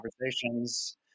conversations